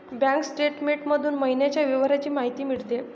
bank statement मधून महिन्याच्या व्यवहारांची माहिती मिळते